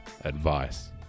advice